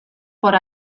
por